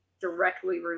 directly